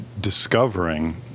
discovering